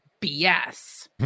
BS